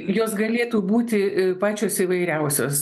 jos galėtų būti pačios įvairiausios